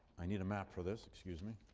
i need a map for this, excuse me.